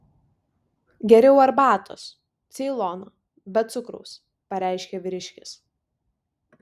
geriau arbatos ceilono be cukraus pareiškė vyriškis